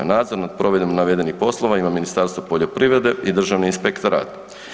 Nadzor nad provedbom navedenih poslova ima Ministarstvo poljoprivrede i Državni inspektorat.